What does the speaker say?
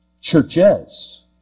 churches